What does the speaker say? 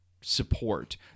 support